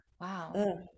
wow